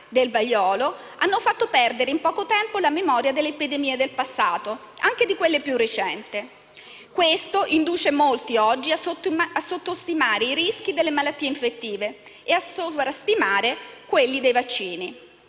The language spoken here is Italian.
del vaiolo, hanno fatto perdere in poco tempo la memoria delle epidemie del passato, anche quello più recente. Questo induce oggi molti a sottostimare i rischi delle malattie infettive e a sovrastimare quelli dei vaccini.